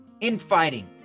infighting